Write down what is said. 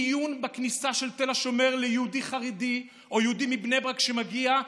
מיון בכניסה של תל השומר ליהודי חרדי או ליהודי מבני ברק שמגיע,